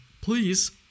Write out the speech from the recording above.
please